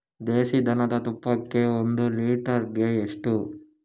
ದೇಸಿ ದನದ ತುಪ್ಪಕ್ಕೆ ಒಂದು ಲೀಟರ್ಗೆ ಎಷ್ಟು?